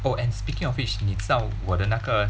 oh and speaking of which 你知道我的那个